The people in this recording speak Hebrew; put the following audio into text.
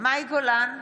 מאי גולן,